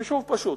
חישוב פשוט.